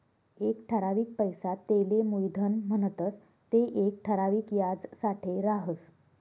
एक ठरावीक पैसा तेले मुयधन म्हणतंस ते येक ठराविक याजसाठे राहस